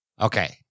Okay